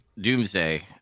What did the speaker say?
Doomsday